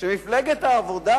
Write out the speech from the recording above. מפלגת העבודה